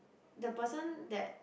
the person that